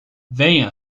venha